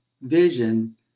vision